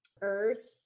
earth